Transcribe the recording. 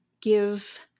give